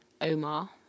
omar